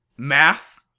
Math